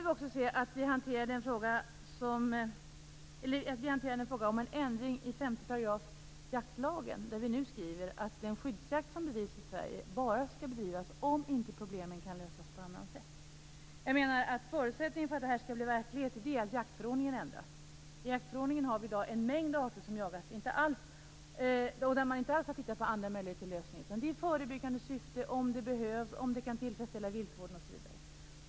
I morse hanterade vi också en fråga om en ändring i 5 § jaktlagen, där vi nu skriver att den skyddsjakt som bedrivs i Sverige bara skall bedrivas om problemen inte kan lösas på annat sätt. Förutsättningen för att det här skall bli verklighet är att jaktförordningen ändras. I jaktförordningen finns det i dag en mängd arter som jagas och som man inte alls har tittat på andra möjligheter till lösning för. Det kan vara förebyggande syfte, om det behövs, om det kan tillfredsställa viltvården, osv.